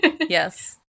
Yes